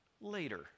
later